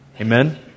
Amen